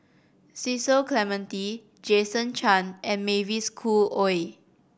Cecil Clementi Jason Chan and Mavis Khoo Oei